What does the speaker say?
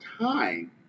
time